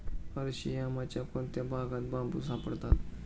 अरशियामाच्या कोणत्या भागात बांबू सापडतात?